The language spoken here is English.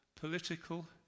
political